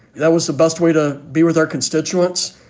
that was the best way to be with our constituents.